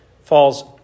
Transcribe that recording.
falls